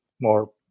more